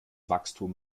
wachstum